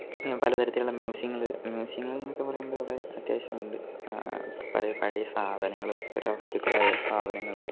ഈ പലതരത്തിലുള്ള മ്യൂസിയങ്ങൾ മ്യൂസിയങ്ങൾ എന്നൊക്കെ പറയുമ്പം ഇവിടെ അത്യാവശ്യം ഉണ്ട് ഇപ്പം പല പഴയ സാധനങ്ങളും പുരാ വസ്തുക്കളായ സാധനങ്ങൾ